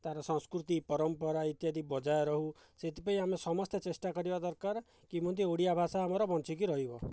ତା'ର ସଂସ୍କୃତି ପରମ୍ପରା ଇତ୍ୟାଦି ବଜାୟ ରହୁ ସେଥିପାଇଁ ଆମେ ସମସ୍ତେ ଚେଷ୍ଟା କରିବା ଦରକାର କେମିତି ଓଡ଼ିଆ ଭାଷା ଆମର ବଞ୍ଚିକି ରହିବ